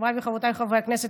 חבריי וחברותי חברות הכנסת,